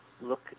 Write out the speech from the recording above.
look